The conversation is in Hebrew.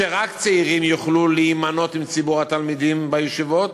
שרק צעירים יוכלו להימנות עם ציבור התלמידים בישיבות,